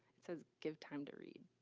it says give time to read.